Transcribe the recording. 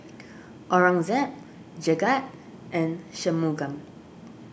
Aurangzeb Jagat and Shunmugam